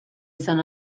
izan